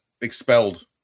expelled